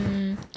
mm